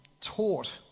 taught